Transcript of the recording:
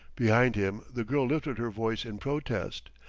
behind him the girl lifted her voice in protest.